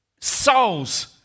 souls